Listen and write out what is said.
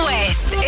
West